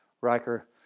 Riker